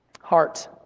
Heart